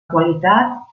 qualitat